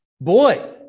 Boy